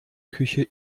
küche